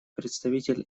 представитель